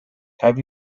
have